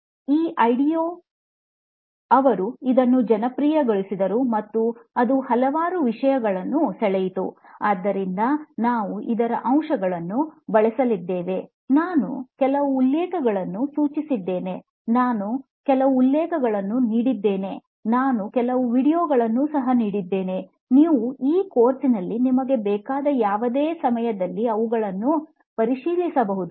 com ಈ IDEO ಅವರು ಅದನ್ನು ಜನಪ್ರಿಯಗೊಳಿಸಿದರು ಮತ್ತು ಅದು ಹಲವಾರು ವಿಷಯಗಳನ್ನು ಸೆಳೆಯಿತು ಆದ್ದರಿಂದ ನಾವು ಇದರ ಅಂಶಗಳನ್ನು ಬಳಸಲಿದ್ದೇವೆ ನಾನು ಕೆಲವು ಉಲ್ಲೇಖಗಳನ್ನು ಸೂಚಿಸಿದ್ದೇನೆ ನಾನು ಕೆಲವು ಉಲ್ಲೇಖಗಳನ್ನು ನೀಡಿದ್ದೇನೆ ನಾನು ಕೆಲವು ವೀಡಿಯೊಗಳನ್ನು ಸಹ ನೀಡಿದ್ದೇನೆ ನೀವು ಈ ಕೋರ್ಸ್ನಲ್ಲಿ ನಿಮಗೆ ಬೇಕಾದ ಯಾವುದೇ ಸಮಯದಲ್ಲಿ ಅವುಗಳನ್ನು ಪರಿಶೀಲಿಸಬಹುದು